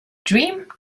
dream